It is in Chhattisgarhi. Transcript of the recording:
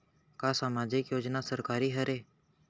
का सामाजिक योजना सरकारी हरे?